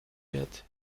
wird